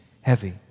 heavy